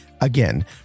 again